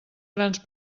grans